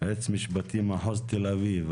יועץ משפטי מחוז תל אביב,